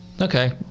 Okay